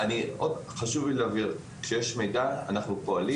חשוב לי להבהיר, כשיש מידע אנחנו פועלים.